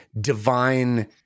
divine